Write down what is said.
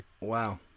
Wow